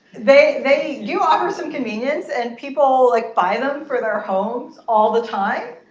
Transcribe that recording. they they do offer some convenience and people like buy them for their homes all the time.